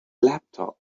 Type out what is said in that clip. laptop